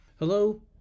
Hello